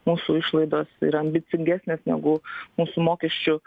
mūsų išlaidos ir ambicingesnės negu mūsų mokesčių